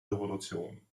revolution